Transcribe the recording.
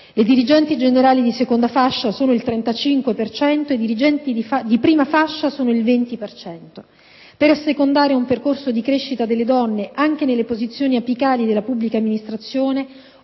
Le dirigenti generali di seconda fascia sono il 35 per cento, le dirigenti di prima fascia sono il 20 per cento. Per assecondare un percorso di crescita delle donne anche nelle posizioni apicali della pubblica amministrazione,